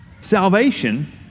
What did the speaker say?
Salvation